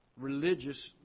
religious